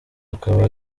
akaba